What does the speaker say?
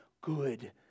good